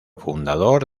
fundador